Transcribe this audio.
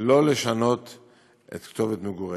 שלא לשנות את כתובת מגוריהם.